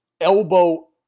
elbow